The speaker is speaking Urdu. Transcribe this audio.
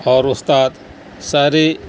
اور استاد سارے